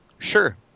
Sure